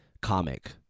comic